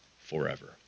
forever